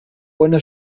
ohne